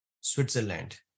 Switzerland